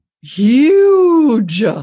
huge